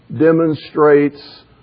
demonstrates